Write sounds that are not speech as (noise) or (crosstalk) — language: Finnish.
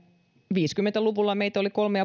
viisikymmentä luvulla meitä oli kolme (unintelligible)